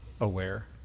aware